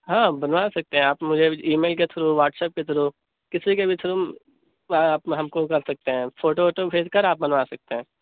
ہاں بنوا سکتے ہیں آپ مجھے ایمیل کے تھرو واٹس اپ کے تھرو کسی کے بھی تھرو آپ ہم کو کر سکتے ہیں فوٹو ووٹو بھیج کر آپ بنوا سکتے ہیں